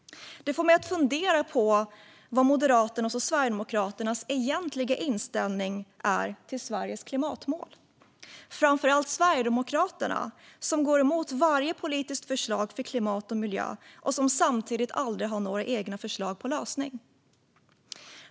Det får mig att fundera på vad Moderaternas och Sverigedemokraternas egentliga inställning är till Sveriges klimatmål. Framför allt gäller det Sverigedemokraterna, som går emot varje politiskt förslag för klimat och miljö och som samtidigt aldrig har några egna förslag till lösningar.